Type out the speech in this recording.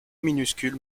minuscule